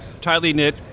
tightly-knit